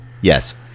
yes